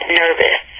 nervous